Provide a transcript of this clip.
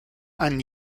and